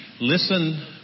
listen